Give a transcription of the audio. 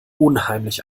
unheimlich